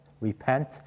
repent